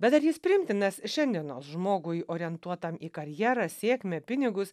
bet ar jis priimtinas šiandienos žmogui orientuotam į karjerą sėkmę pinigus